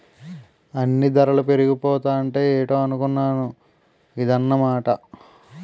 అన్నీ దరలు పెరిగిపోతాంటే ఏటో అనుకున్నాను ఇదన్నమాట